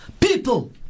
people